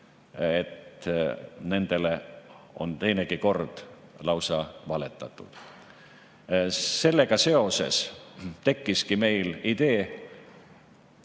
et nendele on teinekord lausa valetatud. Sellega seoses tekkiski meil idee